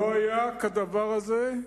לא היה כדבר הזה.